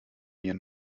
mir